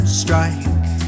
strike